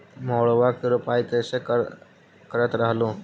मड़उआ की रोपाई कैसे करत रहलू?